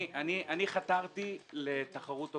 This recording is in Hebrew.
חתרתי לתחרות הוגנת.